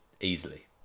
easily